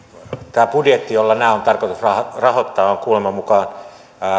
tämä budjetti jolla nämä on tarkoitus rahoittaa on kuuleman mukaan